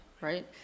right